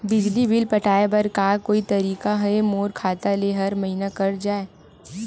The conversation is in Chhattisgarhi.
बिजली बिल पटाय बर का कोई तरीका हे मोर खाता ले हर महीना कट जाय?